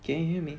can you hear me